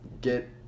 Get